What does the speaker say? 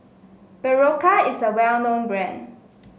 Berocca is a well known brand